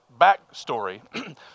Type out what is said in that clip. backstory